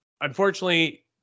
unfortunately